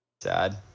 sad